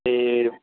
ਅਤੇ